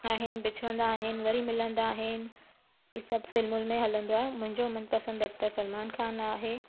आहिनि बिछड़ंदा आहिनि वरी मिलंदा आहिनि ई सभु फिल्मुनि में हलंदो आहे मुंहिंजो मनु पसंदि एक्टर सलमान खान आहे